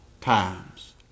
times